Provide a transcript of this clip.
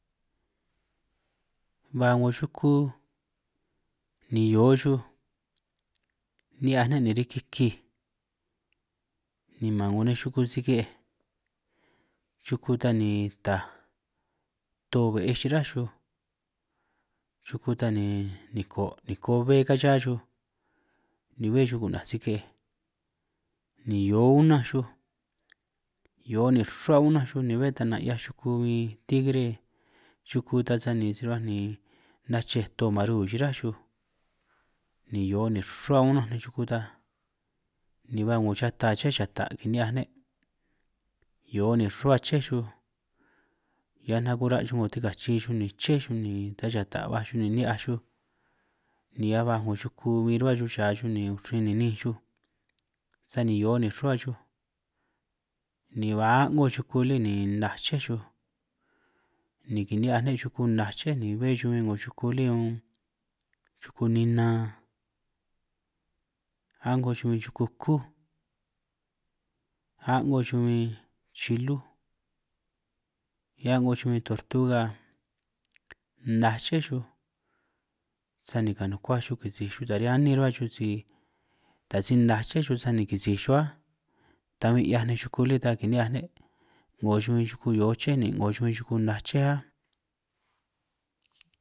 Ba 'ngo chuku ni hio chuj ni'hiaj ne' ni riki kij, ni man 'ngo nej chuku sige'ej chuku tan ni taj tto be'ej chiráj chuj, chuku tan ni niko' niko bbe gan chihia chuj ni be chuj ku'naj sige'ej ni hio unanj hio nin' rruhua unanj chuj ni bé tanj nanj 'hiaj chuku bin tigre chuku ta sani si rubaj ni nachej tto maru chiráj chuj ni hio nin' rruhua unanj nej chuku tan ni ba 'ngo yata aché yata' kini'hiaj ne' hio nin' rruhua aché chuj hiaj nagura' chuj ngo tikachi chuj ni ché chuj ni nda yata' baj chuj ni ni'hiaj chuj ni hiaj baj 'ngo chuku bin rruhua chuj cha chuj ni 'ngo rin ni ninj chuj sani hio nin' rruhua chuj ni ba a'ngo chuku lí ni naj aché chuj ni kini'hiaj ne' chuku naj aché ni bé chuj bin chuku lí un chuku ninan a'ngo chuj bin chuku kúj a'ngo chuj bin chilúj ni a'ngo chuj bin tortuga, naj ché chuj sani kanukuaj chuj kisij chuj ta riñan anin rruhua chuj si ta si naj aché chuj sani kisij chuj áj ta bin 'hiaj nej chuku lí tan kini'hiaj ne' 'ngo chuj bin chuku hio ché ni 'ngo chuj bin chuku naj ché áj